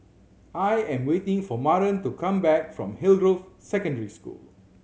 I am waiting for Maren to come back from Hillgrove Secondary School